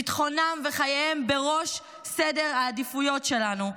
ביטחונם וחייהם הם בראש בסדר העדיפויות שלנו,